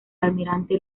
almirante